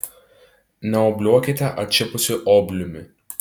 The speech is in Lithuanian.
neobliuokite atšipusiu obliumi